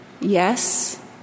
Yes